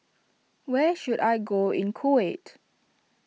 where should I go in Kuwait